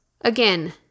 Again